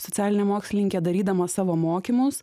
socialinė mokslininkė darydama savo mokymus